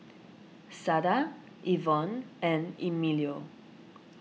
Sada Evonne and Emilio